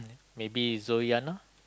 maybe Joanna